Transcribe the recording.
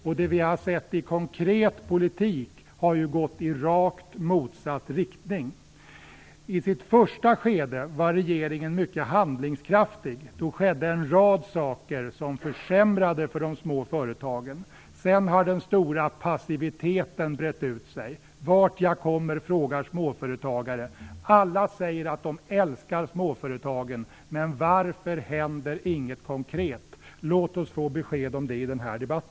Det som vi har sett i konkret politik har ju gått i rakt motsatt riktning. I sitt första skede var regeringen mycket handlingskraftig. Då skedde en rad saker som försämrade för de små företagen. Sedan har den stora passiviteten brett ut sig. Vart jag än kommer frågar småföretagare: Alla säger att de älskar småföretagen, men varför händer inget konkret? Låt oss få besked om detta i denna debatt.